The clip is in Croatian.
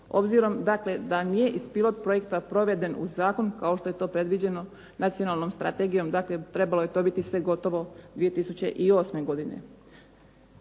Obzirom dakle da nije iz pilot projekta proveden u zakon kao što je to predviđeno nacionalnom strategijom, dakle trebalo je to biti sve gotovo 2008. godine.